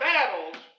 Battles